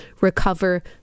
recover